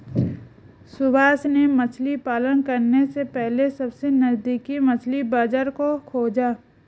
सुभाष ने मछली पालन करने से पहले सबसे नजदीकी मछली बाजार को खोजा